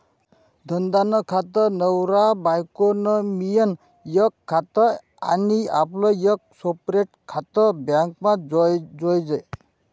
धंदा नं खातं, नवरा बायको नं मियीन एक खातं आनी आपलं एक सेपरेट खातं बॅकमा जोयजे